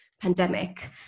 pandemic